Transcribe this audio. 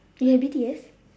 you have B_T_S